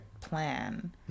plan